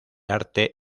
arte